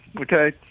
okay